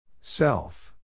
Self